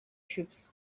troops